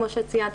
כמו שציינת,